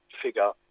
figure